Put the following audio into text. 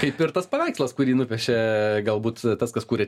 kaip ir tas paveikslas kurį nupiešė galbūt tas kas kūrė